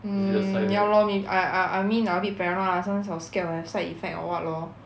um ya lor may~ I I I mean I a bit paranoid lah sometimes I will scared will have side effect or what lor